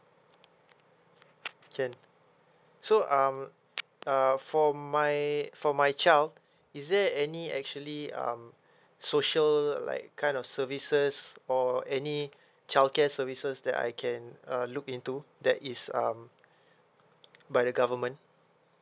can so um uh for my for my child is there any actually um social like kind of services or any childcare services that I can uh look into that is um by the government